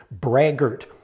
braggart